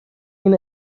این